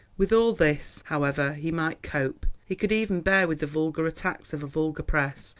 with all this, however, he might cope he could even bear with the vulgar attacks of a vulgar press,